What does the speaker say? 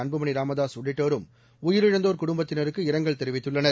அன்புமணி ராமதாஸ் உள்ளிட்டோரும் உயிரிழந்தோர் குடும்பத்தினருக்கு இரங்கல் தெரிவித்துள்ளனர்